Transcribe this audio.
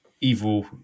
evil